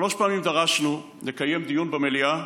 שלוש פעמים דרשנו לקיים דיון במליאה,